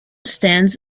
stands